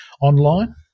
online